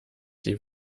sie